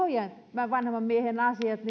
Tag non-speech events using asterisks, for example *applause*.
tämän vanhemman miehen asiat *unintelligible*